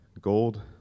gold